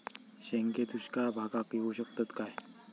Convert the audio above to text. शेंगे दुष्काळ भागाक येऊ शकतत काय?